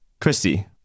Christy